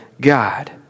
God